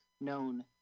known